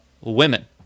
women